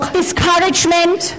discouragement